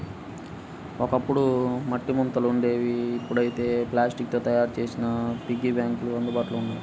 ఒకప్పుడు మట్టి ముంతలు ఉండేవి ఇప్పుడైతే ప్లాస్టిక్ తో తయ్యారు చేసిన పిగ్గీ బ్యాంకులు అందుబాటులో ఉన్నాయి